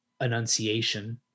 enunciation